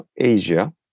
Asia